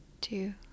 two